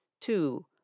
Two